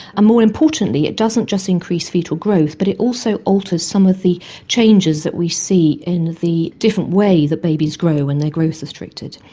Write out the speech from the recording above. ah more importantly, it doesn't just increase foetal growth but it also alters some of the changes that we see in the different way that babies grow when they are growth restricted.